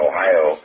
Ohio